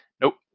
Nope